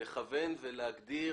לכוון ולהגדיר,